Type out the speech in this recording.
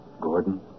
Gordon